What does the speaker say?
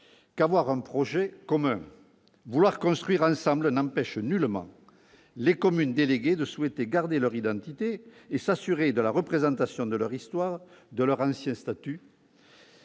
qu'avoir un projet commun, vouloir construire ensemble, n'empêche nullement les communes déléguées de souhaiter garder leur identité et s'assurer de la représentation de leur histoire et de leur ancien statut